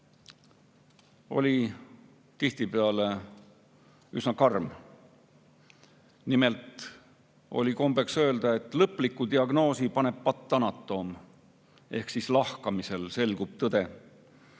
oli tihtipeale üsna karm. Nimelt oli kombeks öelda, et lõpliku diagnoosi paneb patoanatoomia ehk lahkamisel selgub tõde.